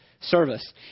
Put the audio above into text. service